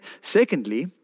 secondly